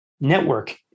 network